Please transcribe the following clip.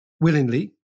willingly